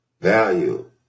value